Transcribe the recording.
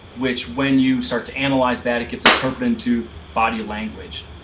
which when you start to analyze that it gets interpreted into body language.